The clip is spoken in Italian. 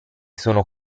sono